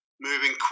moving